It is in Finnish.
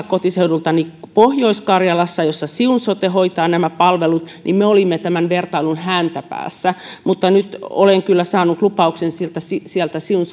kotiseudullani pohjois karjalassa jossa siun sote hoitaa nämä palvelut me olimme tämän vertailun häntäpäässä mutta nyt olen kyllä saanut lupauksen siun